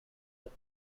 that